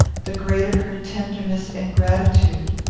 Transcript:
the greater her tenderness and gratitude.